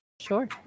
Sure